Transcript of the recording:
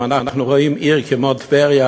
אם אנחנו רואים עיר כמו טבריה,